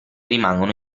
rimangono